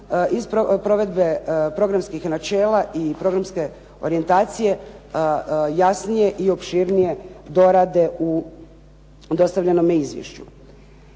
iz provedbe programskih načela i programske orijentacije jasnije i opširnije dorade u dostavljenome izvješću.